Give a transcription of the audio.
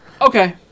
Okay